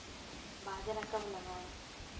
बाजरा कब लगाएँ?